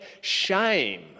shame